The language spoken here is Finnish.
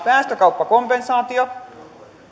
päästökauppakompensaatio